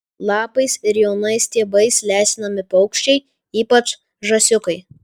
lapais ir jaunais stiebais lesinami paukščiai ypač žąsiukai